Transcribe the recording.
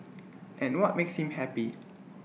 and what makes him happy